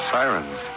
sirens